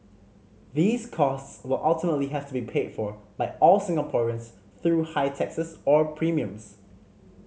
these costs will ultimately have to be paid for by all Singaporeans through higher taxes or premiums